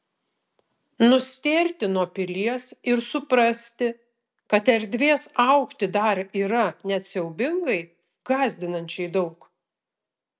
nustėrti nuo pilies ir suprasti kad erdvės augti dar yra net siaubingai gąsdinančiai daug